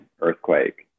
earthquake